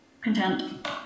Content